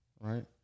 right